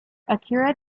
akira